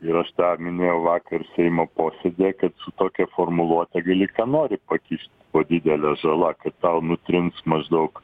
ir aš tą minėjau vakar seimo posėdyje kad su tokia formuluote gali ką nori pakišt po didele žala kad tau nutrins maždaug